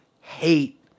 hate